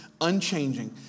unchanging